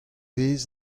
vez